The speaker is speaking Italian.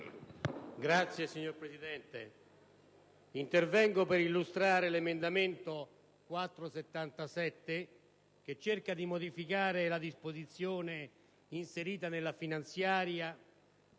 *(PD)*. Signor Presidente, intervengo per illustrare l'emendamento 4.77 che vuole modificare la disposizione inserita nella finanziaria